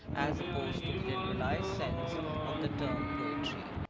as opposed to the generalized sense of the term poetry.